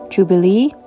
Jubilee